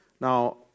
Now